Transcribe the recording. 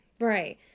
right